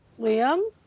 Liam